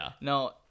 No